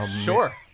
Sure